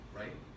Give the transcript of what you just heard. right